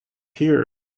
here